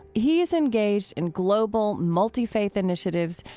he is engaged in global, multi-faith initiatives.